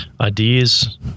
ideas